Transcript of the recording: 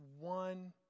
one